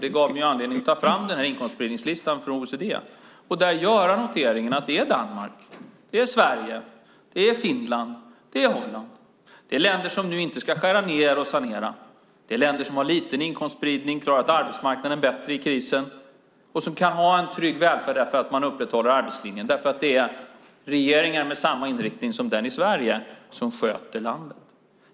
Det gav mig anledning att ta fram den här inkomstspridningslistan från OECD och där göra noteringen att det är Danmark, det är Sverige, det är Finland och det är Holland. Det är länder som nu inte ska skära ned och sanera. Det är länder som har liten inkomstspridning, som har klarat arbetsmarknaden bättre i krisen och som kan ha en trygg välfärd därför att man upprätthåller arbetslinjen, därför att det är regeringar med samma inriktning som den i Sverige som sköter de länderna.